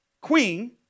queen